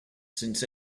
since